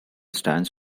stands